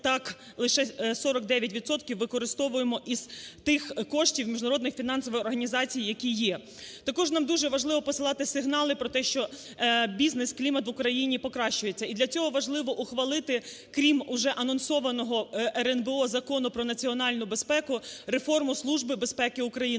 так, лише 49 відсотків, використовуємо із тих коштів Міжнародної фінансової організації, які є. Також нам дуже важливо посилати сигнали про те, що бізнес-клімат в Україні покращується. І для цього важливо ухвалити, крім уже анонсованого РНБО Закону про національну безпеку, реформу Служби безпеки України,